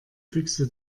büchse